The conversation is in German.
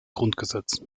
grundgesetz